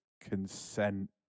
consent